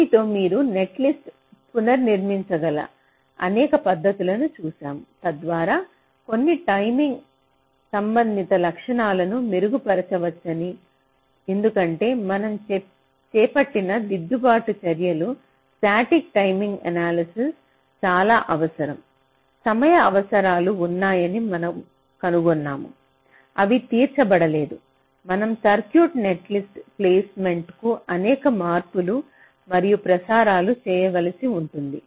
దీనితో మీరు నెట్లిస్ట్ను పునర్నిర్మించగల అనేక పద్ధతులను చూశాము తద్వారా కొన్ని టైమింగ్తో సంబంధిత లక్షణాలను మెరుగుపరచవచ్చని ఎందుకంటే మనం చేపట్టిన దిద్దుబాటు చర్యలు స్టాటిక్ టైమింగ్ ఎనాలసిస్ చాలా అవసరం సమయ అవసరాలు ఉన్నాయని మనం కనుగొన్నాము అవి తీర్చబడలేదు మనం సర్క్యూట్ నెట్లిస్ట్ ప్లేస్మెంట్ కు అనేక మార్పులు మరియు ప్రసారాలు చేయవలసి ఉంటుంది